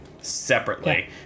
separately